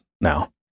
now